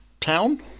Town